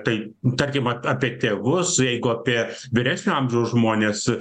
tai tarkim a apie tėvus jeigu apie vyresnio amžiaus žmones